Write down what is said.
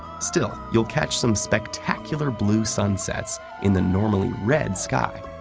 still, you'll catch some spectacular blue sunsets in the normally red sky,